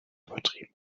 übertrieben